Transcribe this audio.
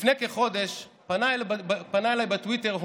לפני כחודש פנה אליי הורה בטוויטר.